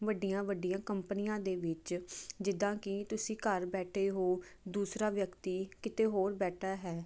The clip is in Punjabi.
ਵੱਡੀਆਂ ਵੱਡੀਆਂ ਕੰਪਨੀਆਂ ਦੇ ਵਿੱਚ ਜਿੱਦਾਂ ਕਿ ਤੁਸੀਂ ਘਰ ਬੈਠੇ ਹੋ ਦੂਸਰਾ ਵਿਅਕਤੀ ਕਿਤੇ ਹੋਰ ਬੈਠਾ ਹੈ